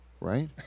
right